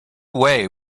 wei